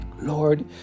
Lord